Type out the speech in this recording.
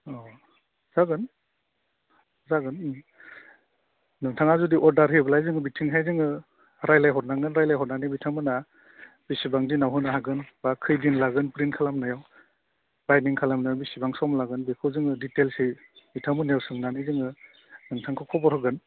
औ जागोन जागोन नोंथाङा जुदि अर्डार होयोब्ला जोङो बिथिंहाय जोङो रायज्लायहरनांगोन रायज्लाहरनानै बिथांमोना बेसेबां दिनाव होनो हागोन बा खैदिन लागोन प्रिन्ट खालामनायाव बाइन्डिं खालामनायाव बिसिबां सम लागोन बेखौ जोङो डिटेइल्सयै बिथांमोननियाव सोंनानै जोङो नोंथांखौ खबर होगोन